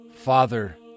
Father